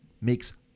makes